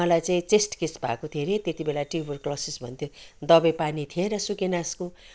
उहाँलाई चाहिँ chest case भएको थियो अरे त्यति बेला ट्युबरक्युलोसिस भन्थ्यो दबाई पानी थिएन सुके नासको